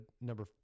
Number